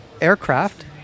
Aircraft